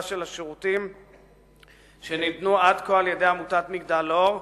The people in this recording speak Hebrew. של השירותים שניתנו עד כה על-ידי עמותת "מגדל אור".